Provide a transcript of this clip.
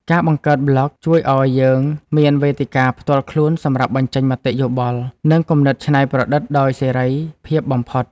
ការបង្កើតប្លក់ជួយឱ្យយើងមានវេទិកាផ្ទាល់ខ្លួនសម្រាប់បញ្ចេញមតិយោបល់ និងគំនិតច្នៃប្រឌិតដោយសេរីភាពបំផុត។